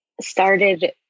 started